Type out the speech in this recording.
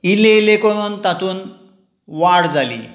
इल्लें इल्लें करून तातूंत वाड जाली